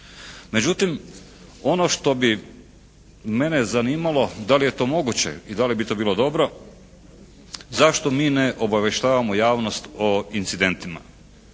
Međutim, ono što bi mene zanimalo da li je to moguće i da li bi to bilo dobro zašto mi ne obavještavamo javnost o incidentima?